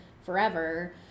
forever